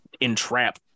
entrap